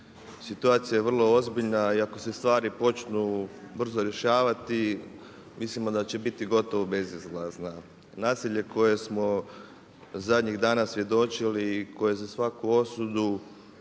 situacija je vrlo ozbiljna i ako se stvari počnu brzo rješavati mislimo da će biti gotovo bezizlazna. Nasilje kojem smo zadnjih danas svjedočili i koje je za svaku osudu